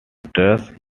trust